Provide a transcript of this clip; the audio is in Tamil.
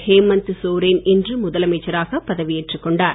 ஹேமந்த் சோரேன் இன்று முதலமைச்சராக பதவி ஏற்றுக் கொண்டார்